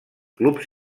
clubs